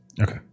Okay